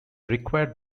required